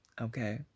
okay